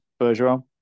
Bergeron